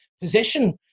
position